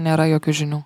nėra jokių žinių